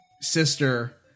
sister